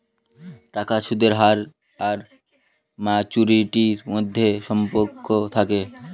টাকার সুদের হার আর ম্যাচুরিটির মধ্যে সম্পর্ক থাকে